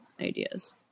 ideas